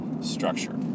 structure